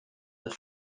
das